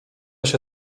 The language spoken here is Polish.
się